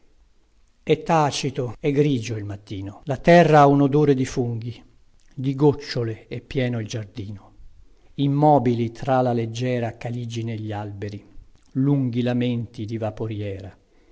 è tacito è grigio il mattino la terra ha un odore di funghi di gocciole è pieno il giardino immobili tra la leggiera caligine gli alberi lunghi lamenti di vaporïera